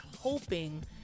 hoping